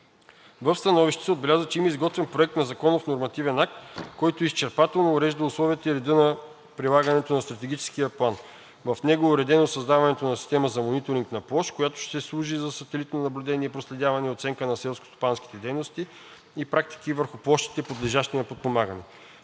В становището се отбелязва, че има изготвен проект на законов нормативен акт, който изчерпателно урежда условията и реда за прилагане на Стратегическия план. В него е уредено създаването на Системата за мониторинг на площ, която ще служи за сателитно наблюдение, проследяване и оценка на селскостопанските дейности и практики върху площите, подлежащи на подпомагане.